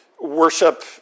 Worship